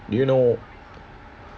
you know